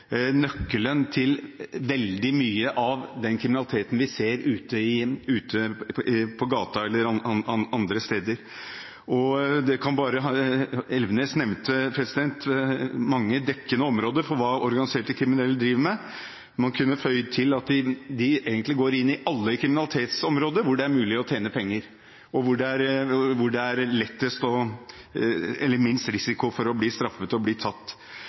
nøkkelen til å forstå veldig mye av den kriminaliteten vi ser ute på gaten eller andre steder. Elvenes nevnte mange dekkende områder for hva organisert kriminelle driver med. Man kunne føyd til at de egentlig går inn i alle kriminalitetsområder hvor det er mulig å tjene penger, og hvor det er minst risiko for å bli tatt og straffet. De påvirker veldig mye, helt ned til det som skjer av voldsepisoder, narkotikaomsetning på skoler og